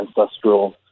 ancestral